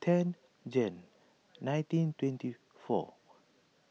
ten Jan nineteen twenty four